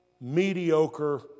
mediocre